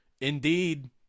Indeed